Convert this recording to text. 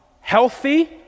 Healthy